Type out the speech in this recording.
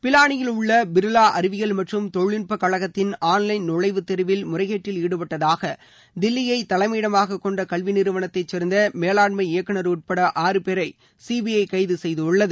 பிலானியில் உள்ள பிர்லா அறிவியல் மற்றும் தொழில்நுட்பக் கழகத்தின் ஆன்லைன் நுழைவுத் தேர்வில் முறைகேட்டில் ஈடுபட்டதாக தில்லியை தலைமையிடமாகக் கொண்ட கல்வி நிறுவனத்தைச் சேர்ந்த மேலாண்மை இயக்குநர் உட்பட ஆறு பேரை சிபிஐ கைது செய்துள்ளது